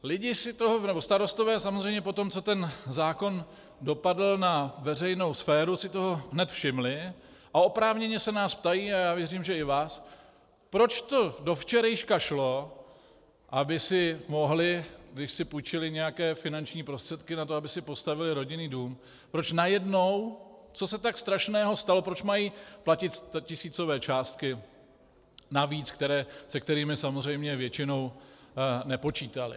Lidi si toho, nebo starostové samozřejmě po tom, co ten zákon dopadl na veřejnou sféru, si toho hned všimli a oprávněně se nás ptají, a já věřím, že i vás, proč to do včerejška šlo, aby si mohli, když si půjčili nějaké finanční prostředky na to, aby si postavili rodinný dům, proč najednou, co se tak strašného stalo, proč mají platit stotisícové částky navíc, se kterými samozřejmě většinou nepočítali.